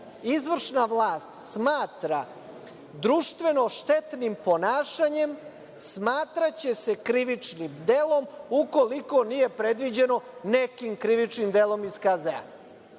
izvršna vlast smatra društveno štetnim ponašanjem, smatraće se krivičnim delom, ukoliko nije predviđeno nekim krivičnim delom iz KZ-a.